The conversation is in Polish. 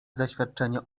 zaświadczenie